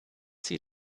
sie